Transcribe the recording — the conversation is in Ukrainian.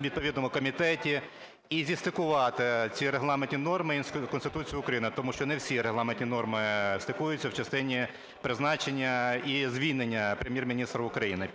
відповідному комітеті. І зістикувати ці регламенті норми із Конституцією України. Тому що не всі регламентні норми стикуються в частині призначення і звільнення Прем'єр-міністра України.